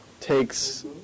takes